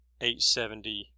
870